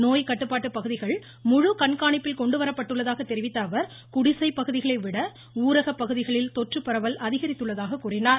நோய் கட்டுப்பாட்டு பகுதிகள் முழு கண்காணிப்பில் கொண்டு வரப்பட்டுள்ளதாக தெரிவித்த அவர் குடிசைப் பகுதிகளை விட ஊரகப் பகுதிகளில் தொற்றுப்பரவல் அதிகரித்துள்ளதாக கூறினார்